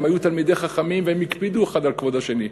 הם היו תלמידי חכמים והם הקפידו אחד על כבוד השני.